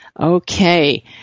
Okay